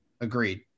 Agreed